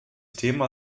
thema